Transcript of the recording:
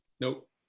Nope